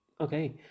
Okay